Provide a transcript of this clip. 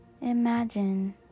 Imagine